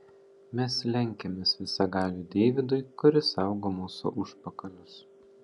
mes lenkiamės visagaliui deividui kuris saugo mūsų užpakalius